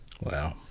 Wow